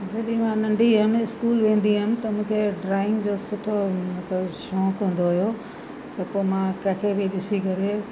जॾहिं मां नंढी हुयमि स्कूल वेंदी हुअमि त मूंखे ड्रॉइंग जो सुठो मतिलबु शौक़ु हूंदो हुयो त पोइ मां कंहिंखे बि ॾिसी करे